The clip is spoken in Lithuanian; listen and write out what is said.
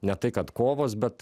ne tai kad kovos bet